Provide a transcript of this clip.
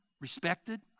Respected